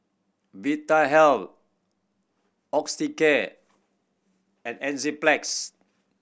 Vitahealth Osteocare and Enzyplex